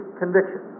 conviction